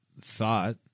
thought